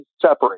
separate